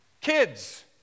Kids